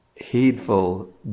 heedful